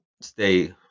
stay